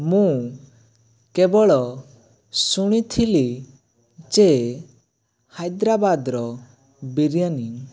ମୁଁ କେବଳ ଶୁଣିଥିଲି ଯେ ହାଇଦ୍ରାବାଦର ବିରିୟାନୀ